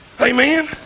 Amen